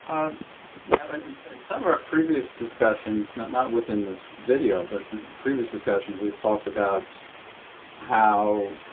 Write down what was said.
yeah but and and some of our previous discussions, not not within this video, but previous discussions, we've talked about how